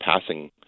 passing